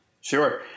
Sure